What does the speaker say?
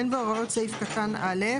(ג)